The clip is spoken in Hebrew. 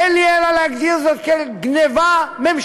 אין לי אלא להגדיר זאת כגנבה ממשלתית.